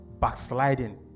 backsliding